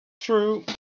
True